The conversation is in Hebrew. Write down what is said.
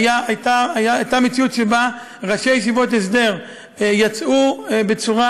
והייתה מציאות שראשי ישיבות הסדר יצאו בצורה